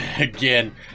again